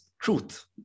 truth